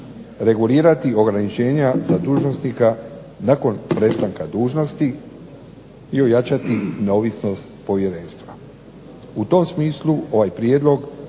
regulirati ograničenja za dužnosnika nakon prestanka dužnosti i ojačati neovisnost povjerenstva. U tom smislu ovaj prijedlog